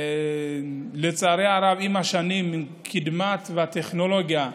לצערי הרב, עם השנים, עם קידמת הטכנולוגיה,